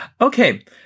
okay